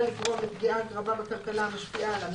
לגרום לפגיעה רבה בכלכלה המשפיעה על המשק.